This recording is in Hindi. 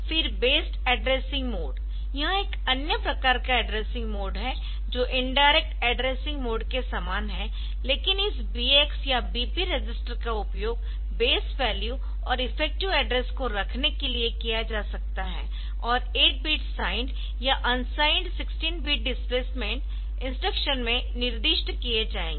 फिर बेस्ड एड्रेसिंग मोड यह एक अन्य प्रकार का एड्रेसिंग मोड है जो इनडायरेक्ट एड्रेसिंग के समान है लेकिन इस BX या BP रजिस्टर का उपयोग बेस वैल्यू और इफेक्टिव एड्रेस को रखने के लिए किया जा सकता है और 8 बिट साइंड या अनसाइंड 16 बिट डिस्प्लेसमेंट इंस्ट्रक्शन में निर्दिष्ट किए जाएंगे